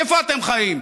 איפה אתם חיים?